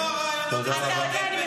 זה לא כמו הראיונות אצל עודד בן עמי,